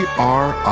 are.